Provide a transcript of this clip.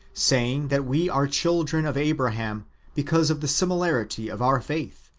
saying that we are children of abraham because of the similarity of our faith,